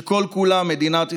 שכל-כולה מדינת ישראל,